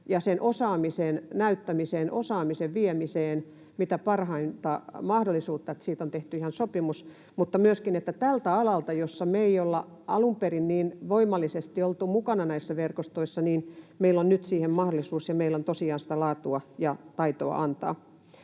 ja sen osaamisen näyttämiseen, osaamisen viemiseen mitä parhain mahdollisuus, ja siitä on tehty ihan sopimus, ja myöskin tällä alalla, jolla me ei olla alun perin niin voimallisesti oltu mukana näissä verkostoissa, meillä on nyt siihen mahdollisuus. Ja meillä on tosiaan sitä laatua ja taitoa antaa.